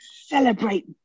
celebrate